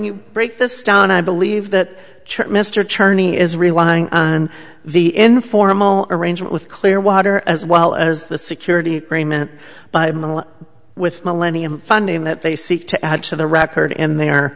you break this down i believe that mr cherney is relying on the informal arrangement with clearwater as well as the security agreement with millennium funding that they seek to add to the record in